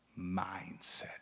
mindset